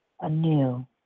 anew